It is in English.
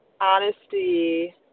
honesty